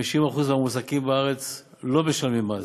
50% מהמועסקים בארץ לא משלמים מס.